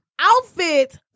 outfit